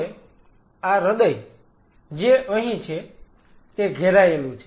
હવે આ હૃદય જે અહીં છે તે ઘેરાયેલું છે